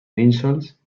nínxols